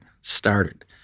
started